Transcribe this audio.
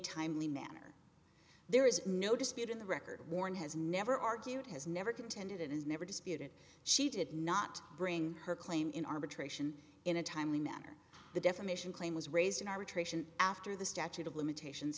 timely manner there is no dispute in the record warren has never argued has never contended and has never disputed she did not bring her claim in arbitration in a timely manner the defamation claim was raised in arbitration after the statute of limitations